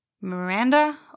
Miranda